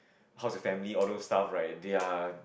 house or family all those stuff like their